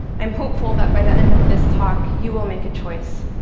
i'm hopeful that by the end of this talk you will make a choice,